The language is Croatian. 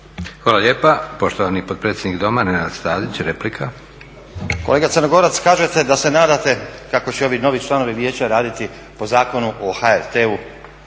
Hvala lijepa. Poštovani potpredsjednik Doma, Nenad Stazić. Replika. **Stazić, Nenad (SDP)** Kolega Crnogorac, kažete da se nadate kako će ovi novi članovi Vijeća raditi po Zakonu o HRT-u